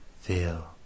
feel